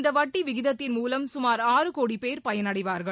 இந்த வட்டி விகிதத்தின் மூலம் சுமார் ஆறு கோடி பேர் பயனடைவார்கள்